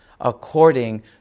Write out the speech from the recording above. according